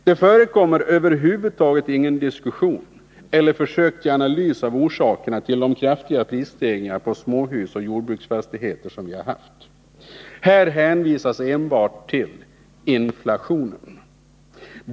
Det förekommer över huvud taget inte någon diskussion om och inte något försök till analys av orsakerna till de kraftiga prisstegringarna på småhus och jordbruksfastigheter. Här hänvisas enbart till ”inflationen”.